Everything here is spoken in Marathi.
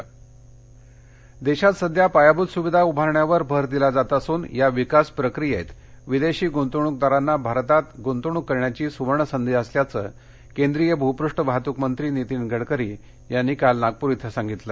गंतवणक देशात सध्या पायाभूत सुविधा उभारण्यावर भर दिला जात असून या विकास प्रक्रियेत विदेशी गुंतवणूकदारांना भारतात गुंतवणूक करण्याची सुवर्णसंधी असल्याचं केंद्रीय भूपष्ठ वाहतूकमंत्री नितीन गडकरी यांनी काल नागपूर इथं सांगितलं